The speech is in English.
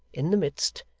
in the midst,